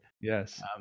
Yes